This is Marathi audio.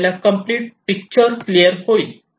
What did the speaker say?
आपल्याला कम्प्लीट पिक्चर क्लियर होईल